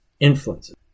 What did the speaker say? influences